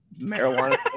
Marijuana